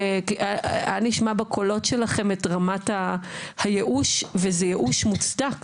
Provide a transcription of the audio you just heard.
כי היה נשמע בקולות שלכם את רמת הייאוש וזה ייאוש מוצדק.